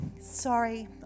sorry